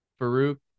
Farouk